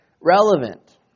relevant